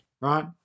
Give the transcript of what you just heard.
right